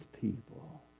people